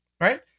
Right